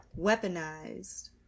Weaponized